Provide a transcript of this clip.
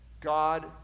God